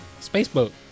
Spaceboat